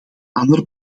ander